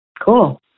cool